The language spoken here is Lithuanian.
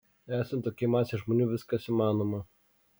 esant tokiai masei žmonių viskas įmanoma